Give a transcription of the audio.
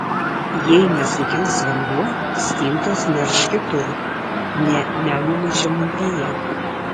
jei nesukils vanduo stintos nerš kitur ne nemuno žemupyje